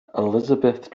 elizabeth